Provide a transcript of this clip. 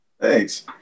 Thanks